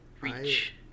reach